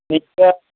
ᱢᱤᱫᱴᱮᱱ